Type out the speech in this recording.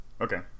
Okay